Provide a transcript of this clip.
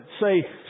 say